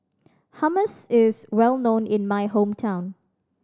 hummus is well known in my hometown